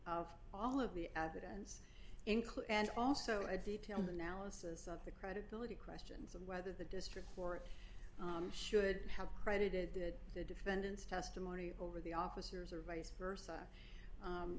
of all of the evidence including and also a detailed analysis of the credibility questions of whether the district or it should have credited the the defendants testimony over the officers or vice versa